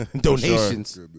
Donations